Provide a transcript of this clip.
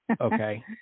Okay